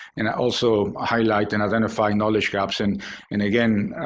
and also highlight and identify knowledge gaps. and and again,